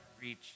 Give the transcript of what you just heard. reach